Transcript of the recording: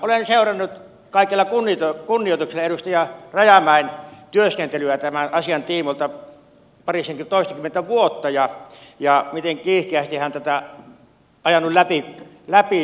olen seurannut kaikella kunnioituksella edustaja rajamäen työskentelyä tämän asian tiimoilta toistakymmentä vuotta ja sitä miten kiihkeästi hän on tätä ajanut läpi